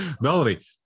melody